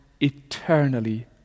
eternally